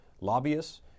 lobbyists